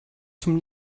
zum